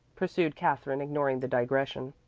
pursued katherine, ignoring the digression.